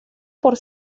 por